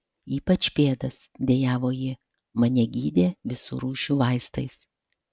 ypač pėdas dejavo ji mane gydė visų rūšių vaistais